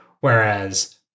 Whereas